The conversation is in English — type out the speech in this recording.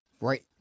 Right